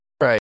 Right